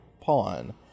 pawn